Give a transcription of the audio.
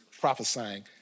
prophesying